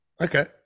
Okay